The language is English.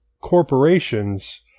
corporations